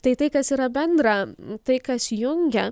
tai tai kas yra bendra tai kas jungia